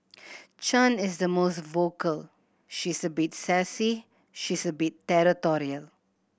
Chan is the most vocal she's a bit sassy she's a bit territorial